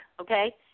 okay